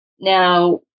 Now